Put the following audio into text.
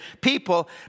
people